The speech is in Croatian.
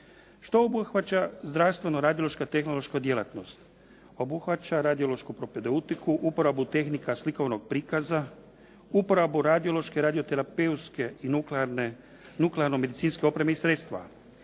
Što obuhvaća zdravstveno radiološka tehnološka djelatnost? Obuhvaća radiološku propedeutiku, uporabu tehnika slikovnog prikaza, uporabu radiološke, radioterapeutske i nuklearno-medicinske opreme i sredstva.